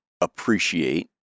appreciate